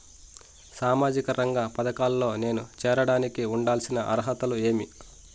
సామాజిక రంగ పథకాల్లో నేను చేరడానికి ఉండాల్సిన అర్హతలు ఏమి?